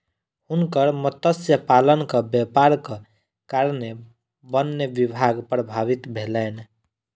हुनकर मत्स्य पालनक व्यापारक कारणेँ वन्य जीवन प्रभावित भेलैन